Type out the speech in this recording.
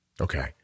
Okay